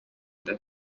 ile